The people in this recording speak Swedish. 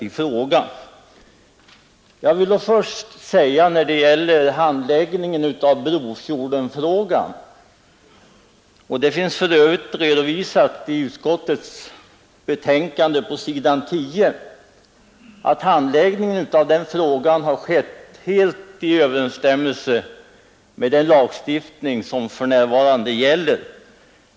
När det gäller frågan om att uppföra ett oljeraffinaderi vid Brofjorden — det finns för övrigt en redovisning i utskottets betänkande på s. 10 — vill jag säga att handläggningen av den frågan har skett helt i överensstämmelse med den lagstiftning som för närvarande gäller.